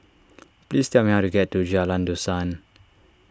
please tell me how to get to Jalan Dusan